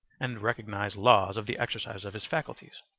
and recognise laws of the exercise of his faculties,